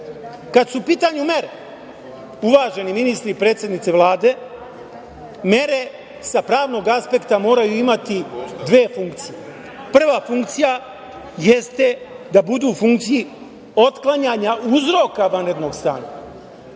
su u pitanju mere, uvaženi ministri i predsednice Vlade, mere sa pravnog aspekta moraju imati dve funkcije. Prva funkcija jeste da budu u funkciji otklanjanja uzroka vanrednog stanja,